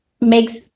makes